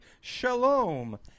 Shalom